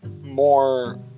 more